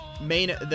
main